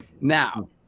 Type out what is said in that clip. Now